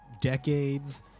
decades